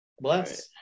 Bless